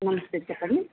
నమస్తే చెప్పండి